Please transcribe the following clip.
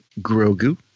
Grogu